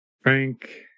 Frank